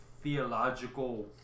theological